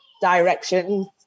direction